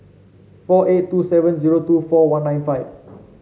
four eight two seven zero two four one nine five